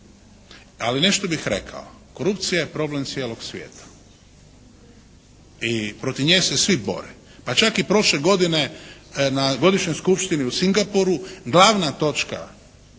Ali, nešto bih rekao. Korupcija je problem cijelog svijeta. I protiv nje se svi bore. Pa čak i prošle godine na Godišnjoj skupštini u Singapuru glavna točka Skupštine